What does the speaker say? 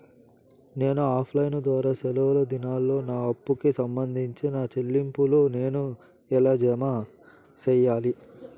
నేను offline ద్వారా సెలవు దినాల్లో నా అప్పుకి సంబంధించిన చెల్లింపులు నేను ఎలా జామ సెయ్యాలి?